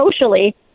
socially